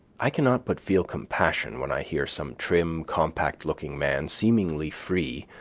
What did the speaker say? i cannot but feel compassion when i hear some trig, um compact-looking man, seemingly free,